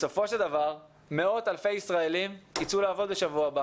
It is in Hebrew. בסופו של דבר מאות אלפי ישראלים ייצאו לעבוד בשבוע הבא